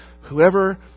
Whoever